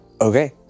Okay